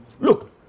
Look